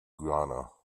guyana